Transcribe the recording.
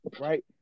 right